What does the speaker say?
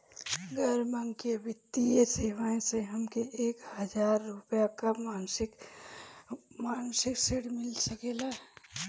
गैर बैंकिंग वित्तीय सेवाएं से हमके एक हज़ार रुपया क मासिक ऋण मिल सकेला?